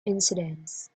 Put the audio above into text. incidents